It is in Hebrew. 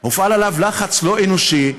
לחץ לא אנושי,